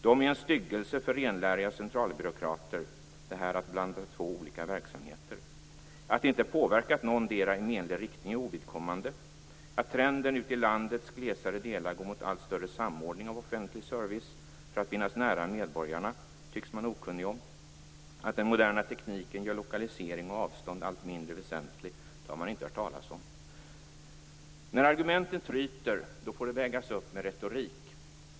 Det är en styggelse för renläriga centralbyråkrater att blanda två olika verksamheter. Att det inte påverkat någondera i menlig riktning är ovidkommande. Att trenden ute i landets glesare delar går emot allt större samordning av offentlig service, för att finnas nära medborgarna, tycks man okunnig om. Att den moderna tekniken gör lokalisering och avstånd allt mindre väsentlig, har man inte hört talas om. När argumenten tryter får det vägas upp med retorik.